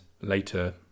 later